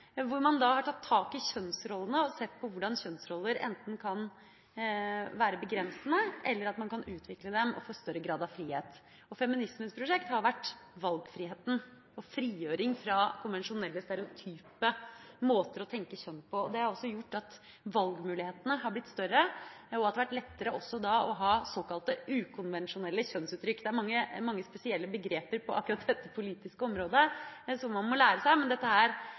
hvor man har tatt tak i kjønnsrollene og sett på hvordan kjønnsroller enten kan være begrensende, eller at man kan utvikle dem og få større grad av frihet. Feminismens prosjekt har vært valgfriheten og frigjøring fra konvensjonelle, stereotype måter å tenke kjønn på. Det har gjort at valgmulighetene har blitt større, og at det også har vært lettere å ha såkalte ukonvensjonelle kjønnsuttrykk. Det er mange spesielle begreper på akkurat dette politiske området som man må lære seg, men dette er